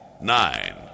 nine